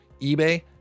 eBay